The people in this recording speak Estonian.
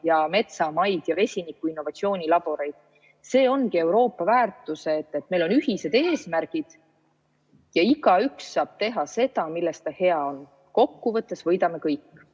ja metsamaid ja vesinikuinnovatsiooni laboreid. See ongi Euroopa väärtus, et meil on ühised eesmärgid ja igaüks saab teha seda, milles ta hea on. Kokkuvõttes võidame kõik.